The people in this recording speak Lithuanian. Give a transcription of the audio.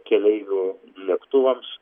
keleivių lėktuvams